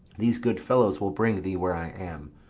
these good fellows will bring thee where i am.